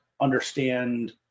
understand